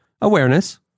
awareness